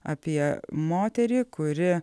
apie moterį kuri